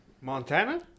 Montana